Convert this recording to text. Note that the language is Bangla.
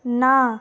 না